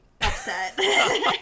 Upset